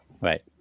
Right